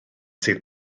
sydd